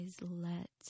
let